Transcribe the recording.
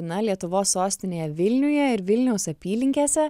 na lietuvos sostinėje vilniuje ir vilniaus apylinkėse